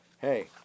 hey